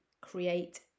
create